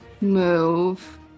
move